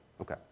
Okay